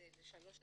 זה שלוש שנים.